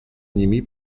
nimi